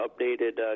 updated